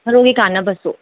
ꯊꯔꯣꯒꯤ ꯀꯥꯟꯅꯕꯁꯨ